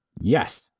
Yes